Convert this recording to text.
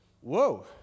Whoa